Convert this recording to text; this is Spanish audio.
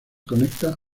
conecta